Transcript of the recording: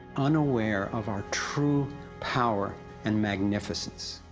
unaware of our true power and magnificense.